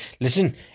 Listen